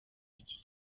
iki